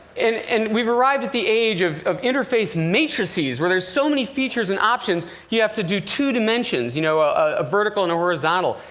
and and we've arrived at the age of of interface matrices, where there are so many features and options, you have to do two dimensions, you know a vertical and a horizontal.